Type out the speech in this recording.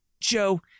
Joe